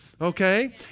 okay